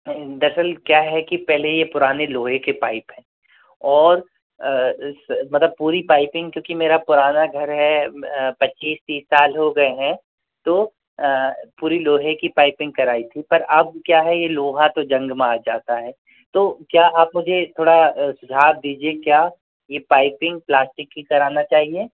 दरअसल क्या है कि पहले यह पुराने लोहे के पाइप हैं और मतलब पूरी पाइपिंग मेरा पुराना घर है पच्चीस तीस साल हो गए हैं तो पूरी लोहे की पाइपिंग कराई थी पर अब क्या है यह लोहा तो ज़ंग मार जाता है तो क्या आप मुझे थोड़ा सुझाव दीजिए क्या यह पाइपिंग प्लास्टिक की कराना चाहिए